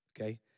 okay